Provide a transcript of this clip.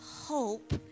hope